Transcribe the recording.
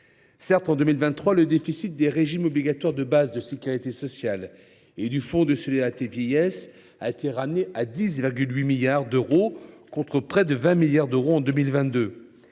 Certes, en 2023, le déficit des régimes obligatoires de base de sécurité sociale (Robss) et du Fonds de solidarité vieillesse (FSV) a été ramené à 10,8 milliards d’euros, contre près de 20 milliards d’euros en 2022.